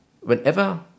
whenever